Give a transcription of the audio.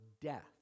death